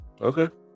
Okay